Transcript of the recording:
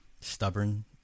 Stubborn